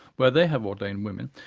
where they have ordained women.